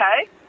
Okay